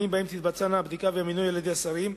שבהם יתבצעו הבדיקה והמינוי על-ידי השרים.